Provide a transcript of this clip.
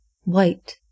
white